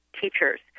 teachers